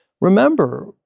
Remember